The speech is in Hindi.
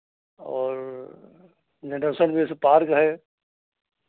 और जनेश्वर मिश्र पार्क है